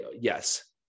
yes